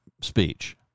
speech